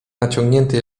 naciągnięty